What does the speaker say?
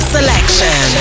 Selection